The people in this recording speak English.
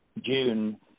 June